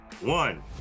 one